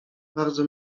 bardzo